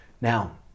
Now